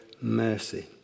mercy